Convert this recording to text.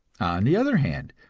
the other hand,